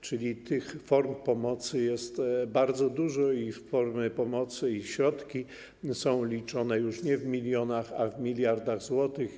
Czyli tych form pomocy jest bardzo dużo i formy pomocy, środki są liczone już nie w milionach, a w miliardach złotych.